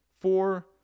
four